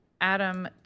Adam